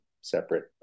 separate